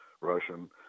Russian